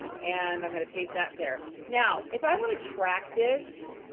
and i'm gonna paste that there. now, if i wanna track this,